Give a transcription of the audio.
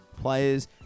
players